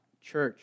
church